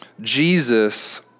Jesus